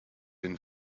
den